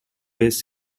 base